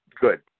good